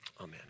Amen